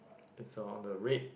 it's on the red